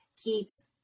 keeps